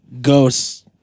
ghosts